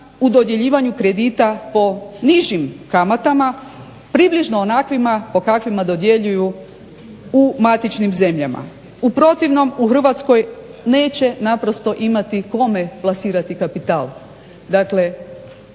u dodjeljivanju kredita po nižim kamatama, približno onakvima po kakvima dodjeljuju u matičnim zemljama. U protivnim u Hrvatskoj neće naprosto imati kome plasirati kapital,